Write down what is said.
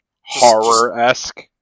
horror-esque